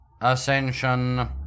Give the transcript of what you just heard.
Ascension